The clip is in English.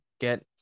get